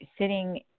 sitting